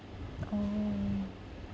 oh